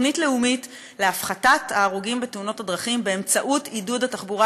תוכנית לאומית להפחתת ההרוגים בתאונות הדרכים באמצעות עידוד התחבורה